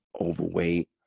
overweight